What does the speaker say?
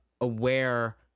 aware